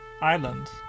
island